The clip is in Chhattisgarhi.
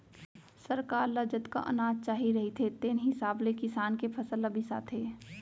सरकार ल जतका अनाज चाही रहिथे तेन हिसाब ले किसान के फसल ल बिसाथे